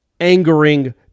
angering